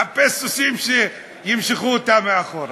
חפש סוסים שימשכו אותה מאחורה.